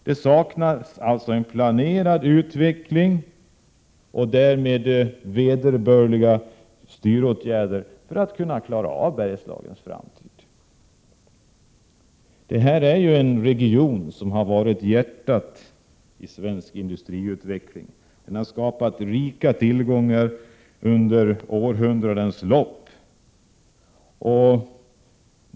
Det saknas alltså en planerad utveckling och därmed vederbörliga styråtgärder för att klara Bergslagens framtid. Bergslagen är en region som har varit hjärtat i svensk industriutveckling. Där har skapats rika tillgångar under århundradens lopp.